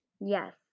Yes